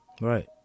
Right